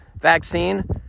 vaccine